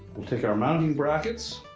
we'll take our mounting brackets